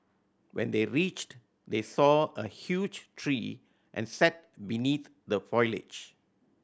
when they reached they saw a huge tree and sat beneath the foliage